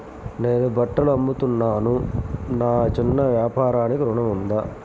నేను బట్టలు అమ్ముతున్నాను, నా చిన్న వ్యాపారానికి ఋణం ఉందా?